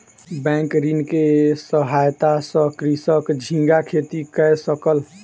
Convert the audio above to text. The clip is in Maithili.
बैंक ऋण के सहायता सॅ कृषक झींगा खेती कय सकल